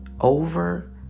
over